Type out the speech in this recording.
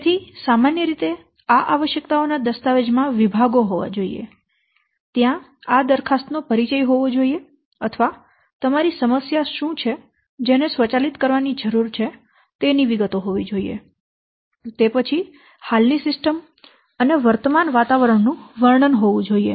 તેથી સામાન્ય રીતે આ આવશ્યકતાઓ ના દસ્તાવેજ માં વિભાગો હોવા જોઈએ ત્યાં આ દરખાસ્ત નો પરિચય હોવો જોઈએ અથવા તમારી સમસ્યા શું છે જેને સ્વચાલિત કરવાની જરૂર છે તેની વિગતો હોવી જોઈએ અને તે પછી હાલની સિસ્ટમ અને વર્તમાન વાતાવરણનું વર્ણન હોવું જોઈએ